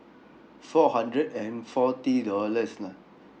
four hundred and forty dollars lah